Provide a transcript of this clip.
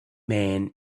man